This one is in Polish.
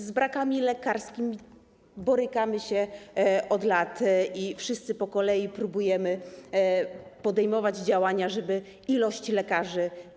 Z brakami lekarskimi borykamy się od lat i wszyscy po kolei próbujemy podejmować działania, żeby zwiększyć liczbę lekarzy.